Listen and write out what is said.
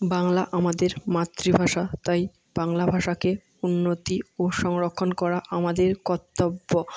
বাংলা আমাদের মাতৃভাষা তাই বাংলাভাষাকে উন্নতি ও সংরক্ষণ করা আমাদের কর্তব্য